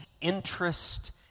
interest